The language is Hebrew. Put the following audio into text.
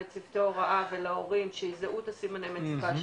לצוותי הוראה ולהורים שיזהו את סימני המצוקה,